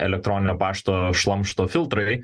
elektroninio pašto šlamšto filtrai